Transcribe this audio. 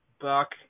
Buck